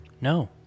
no